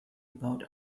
about